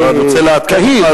אבל אני רוצה לעדכן אותך,